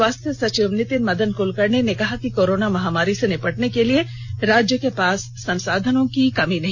स्वास्थ्य सचिव नितिन मदन कुलकर्णी ने कहा कि कोरोना महामारी से निपटने के लिए राज्य के पास संसाधनों की कमी नहीं